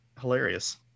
Hilarious